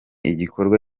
igikorwa